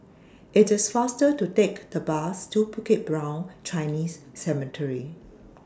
IT IS faster to Take The Bus to Bukit Brown Chinese Cemetery